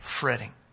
fretting